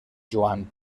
joan